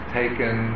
taken